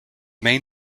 main